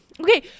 okay